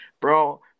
bro